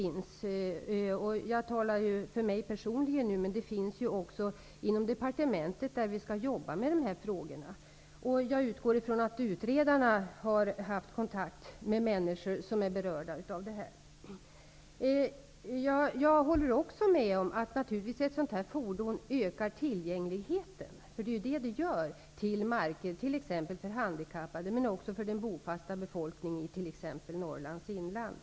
Jag talar nu för mig personligen, men detta medvetande finns också inom departementet där vi skall arbeta med dessa frågor. Jag utgår ifrån att utredarna har haft kontakt med människor som är berörda av det här. Jag håller med om att ett sådant här fordon naturligtvis ökar tillgängligheten till marker t.ex. för handikappade men också för den bofasta befolkningen i exempelvis Norrlands inland.